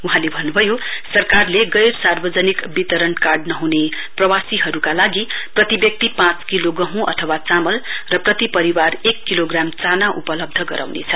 वहाँले भन्नुभयो सरकारले गैर सार्वजनिक वितरण कर्ड नहुने प्रकासीहरु लागि प्रति व्यक्ति पाँच किलो गहँ अथवा चामल र प्रति परिवार एक किलो ग्राम चाना उपलब्ध गराउनेछ